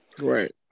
Right